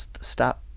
stop